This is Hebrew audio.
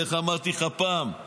איך אמרתי לך פעם?